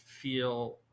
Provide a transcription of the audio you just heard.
feel